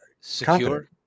Secure